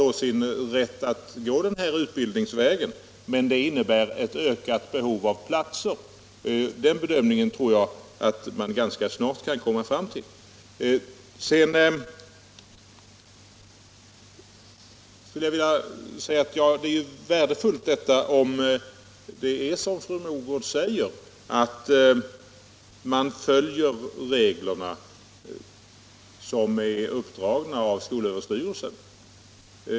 De har rätt att gå denna utbildningsväg, men det innebär ett ökat behov av platser = den bedömningen tror jag man ganska snart kan komma fram till. Det är värdefullt om det är som fru Mogård säger, att man följer de regler som dragits upp av skolöverstyrelsen.